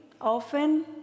often